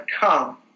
come